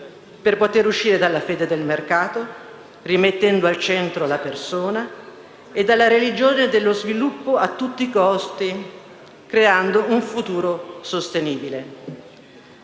per poter uscire dalla fede del mercato, rimettendo al centro la persona, e dalla religione dello sviluppo a tutti i costi, creando un futuro sostenibile.